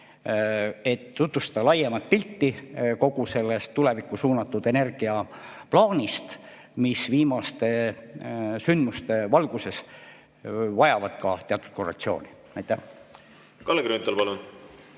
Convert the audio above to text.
et tutvustada laiemat pilti kogu sellest tulevikku suunatud energiaplaanist, mis viimaste sündmuste valguses vajab ka teatud korrektsiooni. Kalle Grünthal, palun!